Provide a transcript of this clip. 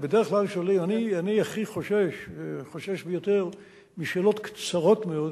בדרך כלל אני חושש ביותר משאלות קצרות מאוד,